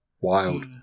Wild